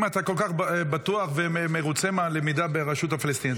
אם אתה כל כך בטוח ומרוצה מהלמידה ברשות הפלסטינית,